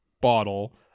bottle